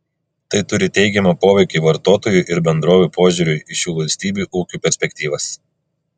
tai turi teigiamą poveikį vartotojų ir bendrovių požiūriui į šių valstybių ūkių perspektyvas